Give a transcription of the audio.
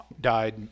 died